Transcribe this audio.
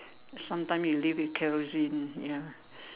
sometimes you live with kerosene ya